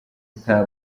nta